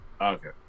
okay